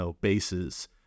bases